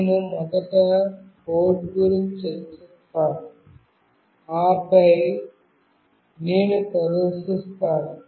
నేను మొదట కోడ్ గురించి చర్చిస్తాను ఆపై నేను ప్రదర్శిస్తాను